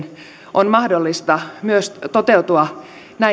on mahdollista myös toteutua